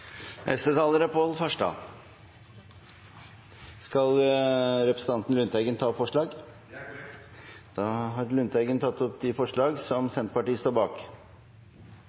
Skal representanten Per Olaf Lundteigen ta opp forslag? Det er korrekt. Da har representanten Per Olaf Lundteigen tatt opp forslaget fra Senterpartiet.